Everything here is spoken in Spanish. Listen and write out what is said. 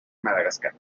madagascar